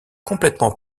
complètement